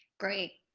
great.